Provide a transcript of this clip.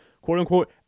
quote-unquote